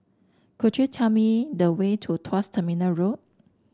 could you tell me the way to Tuas Terminal Road